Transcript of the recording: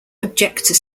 objector